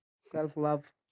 Self-love